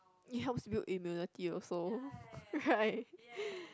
it helps build immunity also right